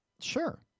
Sure